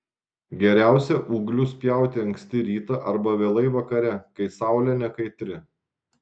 geriausia ūglius pjauti anksti rytą arba vėlai vakare kai saulė nekaitri